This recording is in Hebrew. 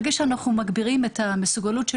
ברגע שאנחנו מגבירים את המסוגלות של